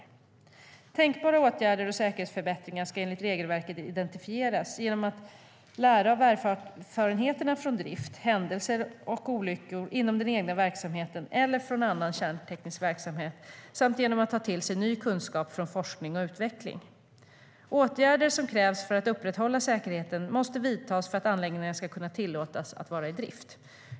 Tänkbara åtgärder och säkerhetsförbättringar ska enligt regelverket identifieras genom att lära av erfarenheter från drift, händelser och olyckor inom den egna verksamheten eller från annan kärnteknisk verksamhet samt genom att ta till sig ny kunskap från forskning och utveckling. Åtgärder som krävs för att upprätthålla säkerheten måste vidtas för att anläggningen ska tillåtas att vara i drift.